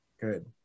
Good